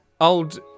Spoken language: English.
old